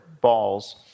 balls